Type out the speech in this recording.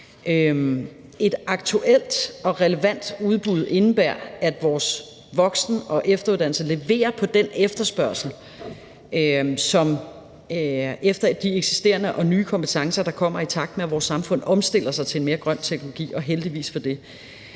Et aktuelt og relevant udbud indebærer, at vores voksen- og efteruddannelser leverer på den efterspørgsel efter de eksisterende og nye kompetencer, der kommer, i takt med at vores samfund omstiller sig til mere grøn teknologi, og heldigvis for det.